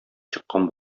чыккан